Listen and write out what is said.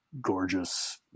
gorgeous